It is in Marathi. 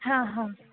हां हां